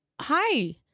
hi